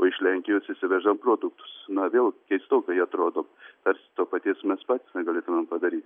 o iš lenkijos išsiveža produktus na vėl keistokai atrodo tarsi to paties mes patys negalėtumėm padaryt